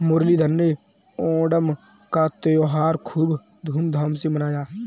मुरलीधर ने ओणम का त्योहार खूब धूमधाम से मनाया